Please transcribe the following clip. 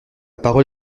parole